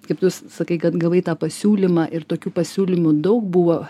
kaip tu sakai kad gavai tą pasiūlymą ir tokių pasiūlymų daug buvo